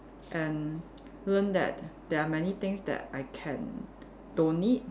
and learn that there are many things that I can don't need